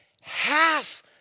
half